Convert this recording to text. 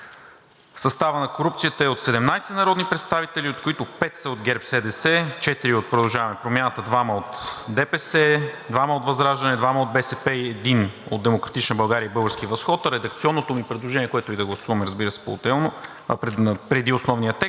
Комисията по корупцията е от 17 народни представители, от които 5 са от ГЕРБ-СДС, 4 от „Продължаваме Промяната“, 2 от ДПС, 2 от ВЪЗРАЖДАНЕ, 2 от „БСП за България“ и 1 от „Демократична България“ и „Български възход“. Редакционното ми предложение, което да гласуваме, разбира се, поотделно, преди основния текст,